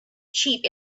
cheap